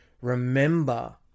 remember